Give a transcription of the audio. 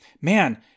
man